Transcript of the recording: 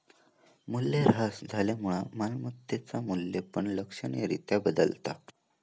मूल्यह्रास झाल्यामुळा मालमत्तेचा मू्ल्य पण लक्षणीय रित्या बदलता